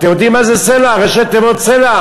אתם יודעים מה זה סל"ע, ראשי תיבות סל"ע?